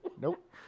Nope